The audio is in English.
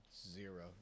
zero